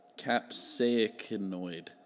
capsaicinoid